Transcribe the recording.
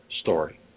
story